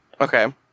Okay